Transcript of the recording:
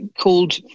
called